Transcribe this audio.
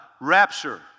Rapture